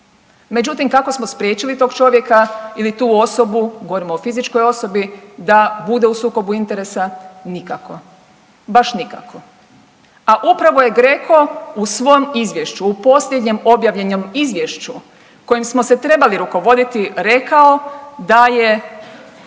Međutim kako smo spriječili tog čovjeka ili tu osobi, govorim o fizičkoj osobi da bude u sukobu interesa? Nikako, baš nikako. A upravo je GRECO u svom izvješću u posljednjem objavljenom izvješću kojim smo se trebali rukovoditi rekao da je